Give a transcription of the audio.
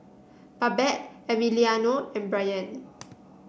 Babette Emiliano and Brayan